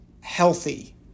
healthy